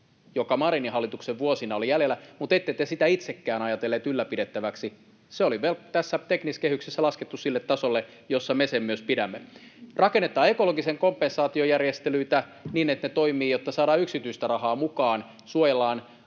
joka Marinin hallituksen vuosina oli jäljellä — mutta ette te sitä itsekään ajatelleet ylläpidettäväksi. Se oli tässä teknisessä kehyksessä laskettu sille tasolle, jolla me sen myös pidämme. Rakennetaan ekologisen kompensaation järjestelyitä, niin että ne toimivat ja saadaan yksityistä rahaa mukaan, ja suojellaan